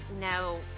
no